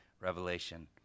revelation